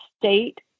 state